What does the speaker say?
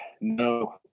No